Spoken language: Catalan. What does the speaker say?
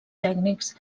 tècnics